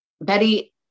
Betty